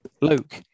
Luke